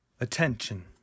Attention